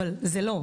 אבל זה לא,